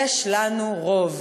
יש לנו רוב.